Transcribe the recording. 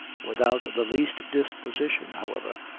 without the least disposition, however,